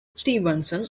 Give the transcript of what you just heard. stevenson